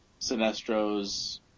Sinestro's